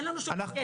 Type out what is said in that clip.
אין לנו שום הסכם.